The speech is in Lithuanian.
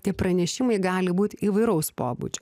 tie pranešimai gali būt įvairaus pobūdžio